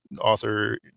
author